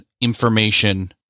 information